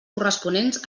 corresponents